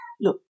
Look